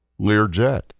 Learjet